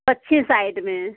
पक्षी साइड में हैं